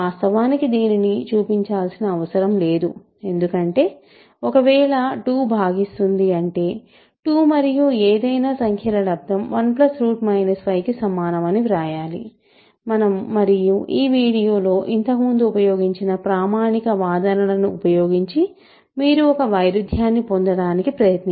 వాస్తవానికి దీనిని చూపించాల్సిన అవసరం లేదు ఎందుకంటే ఒకవేళ 2 భాగిస్తుంది అంటే 2 మరియు ఏదైనా సంఖ్య ల యొక్క లబ్దం 1 5 కు సమానం అని వ్రాయాలి మరియు ఈ వీడియోలో ఇంతకుముందు ఉపయోగించిన ప్రామాణిక వాదనలను ఉపయోగించి మీరు ఒక వైరుధ్యాన్ని పొందడానికి ప్రయత్నించండి